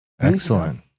Excellent